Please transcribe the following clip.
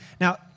Now